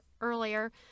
earlier